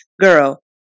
Girl